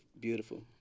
beautiful